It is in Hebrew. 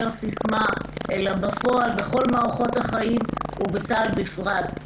סיסמה אלא בפועל בכל מערכות החיים ובצה"ל בפרט.